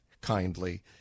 kindly